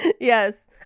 Yes